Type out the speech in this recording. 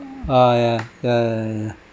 ah ya ya ya ya